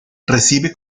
recibe